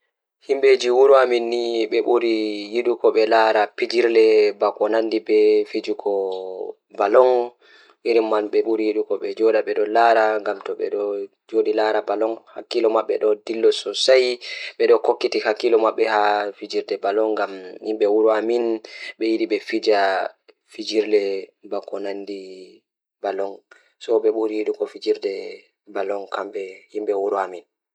E nder leydi am, ɓe naatnoytaa ndewti mawnde ɗiɗi. Wala waɗi football e basketball. E nder hirsitorde, ɓe naatnoytaa fiyaande ka football tawi ko hoore maɓɓe, basketball o waawataa jangoje kuutorgo.